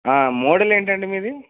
model ఏంటండి మీది